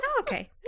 okay